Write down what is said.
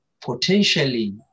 potentially